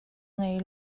ngei